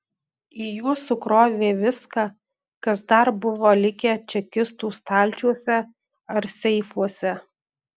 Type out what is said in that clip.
į juos sukrovė viską kas dar buvo likę čekistų stalčiuose ar seifuose